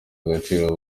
agaciro